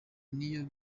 niyo